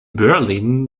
berlin